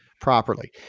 properly